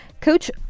coach